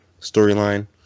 storyline